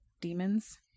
Demons